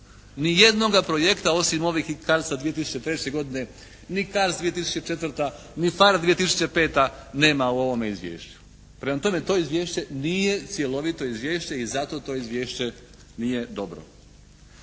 Ni jednoga projekta osim ovih CARDS-a 2003. godine. Ni CARDS 2004., ni PHARE 2005. nema u ovome izvješću. Prema tome, to izvješće nije cjelovito izvješće i zato to izvješće nije dobro.